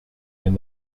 win